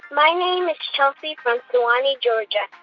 my name is chelsea from suwanee, ga.